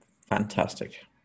Fantastic